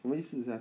什么意思 sia